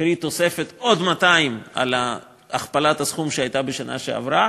קרי תוספת של עוד 200 על הכפלת הסכום שהייתה בשנה שעברה,